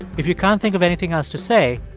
if you can't think of anything else to say,